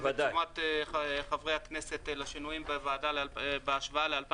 את תשומת לב חברי הכנסת לשינויים בהשוואה ל-2018.